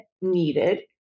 needed